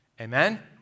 Amen